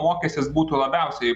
mokestis būtų labiausiai